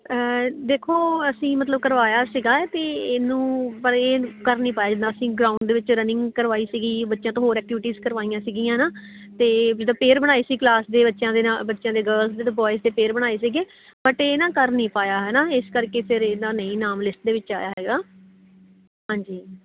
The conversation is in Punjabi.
ਦੇਖੋ ਅਸੀਂ ਮਤਲਬ ਕਰਵਾਇਆ ਸੀਗਾ ਅਤੇ ਇਹਨੂੰ ਪਰ ਇਹ ਕਰ ਨਹੀਂ ਪਾਇਆ ਆਈ ਥਿੰਕ ਗਰਾਊਂਡ ਦੇ ਵਿੱਚ ਰਨਿੰਗ ਕਰਵਾਈ ਸੀਗੀ ਬੱਚਿਆਂ ਤੋਂ ਹੋਰ ਐਕਟੀਵਿਟੀਜ਼ ਕਰਵਾਈਆਂ ਸੀਗੀਆਂ ਨਾ ਅਤੇ ਜਿੱਦਾਂ ਪੇਅਰ ਬਣਾਏ ਸੀ ਕਲਾਸ ਦੇ ਬੱਚਿਆਂ ਦੇ ਨਾਲ ਬੱਚਿਆਂ ਦੇ ਗਰਲਸ ਦੇ ਅਤੇ ਬੋਇਜ ਦੇ ਪੇਅਰਸ ਬਣਾਏ ਸੀਗੇ ਬਟ ਇਹ ਨਾ ਕਰਨ ਨਹੀਂ ਪਾਇਆ ਹੈ ਨਾ ਇਸ ਕਰਕੇ ਫਿਰ ਇਹਨਾਂ ਨਹੀਂ ਨਾਮ ਲਿਸਟ ਦੇ ਵਿੱਚ ਆਇਆ ਹੈਗਾ ਹਾਂਜੀ